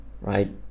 right